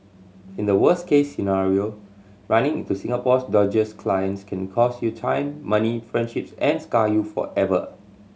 in the worst case scenario running into Singapore's dodgiest clients can cost you time money friendships and scar you forever